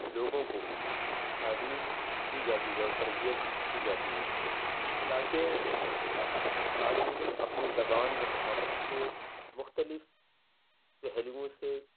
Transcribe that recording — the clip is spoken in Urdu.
لوگوں کو تعلیم دی جاتی ہے اور تربیت دی جاتی ہے تاکہ طالب علم اپنی زبان اور ثقافت کے مختلف پہلوؤں سے